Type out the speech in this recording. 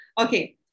Okay